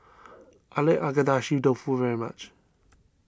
I like Agedashi Dofu very much